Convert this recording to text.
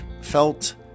felt